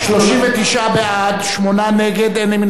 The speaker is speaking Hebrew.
39 בעד, שמונה נגד, אין נמנעים.